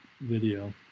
video